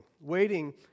waiting